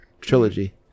trilogy